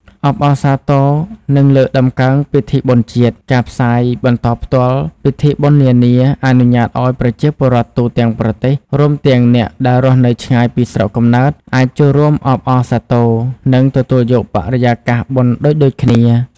អបអរសាទរ និងលើកតម្កើងពិធីបុណ្យជាតិ ការផ្សាយបន្តផ្ទាល់ពិធីបុណ្យនានា អនុញ្ញាតឱ្យប្រជាពលរដ្ឋទូទាំងប្រទេស រួមទាំងអ្នកដែលរស់នៅឆ្ងាយពីស្រុកកំណើត អាចចូលរួមអបអរសាទរ និងទទួលយកបរិយាកាសបុណ្យដូចៗគ្នា។